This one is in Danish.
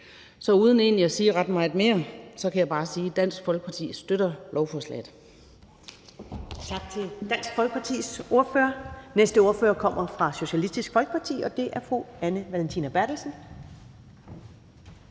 Så uden egentlig at sige ret meget mere kan jeg bare sige, at Dansk Folkeparti støtter lovforslaget.